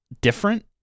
different